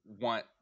want